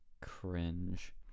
cringe